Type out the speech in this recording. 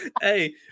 Hey